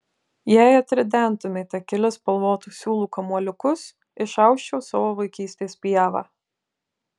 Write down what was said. jei atridentumėte kelis spalvotų siūlų kamuoliukus išausčiau savo vaikystės pievą